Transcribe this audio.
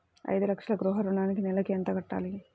ఐదు లక్షల గృహ ఋణానికి నెలకి ఎంత కట్టాలి?